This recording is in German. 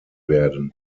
werden